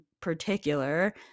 particular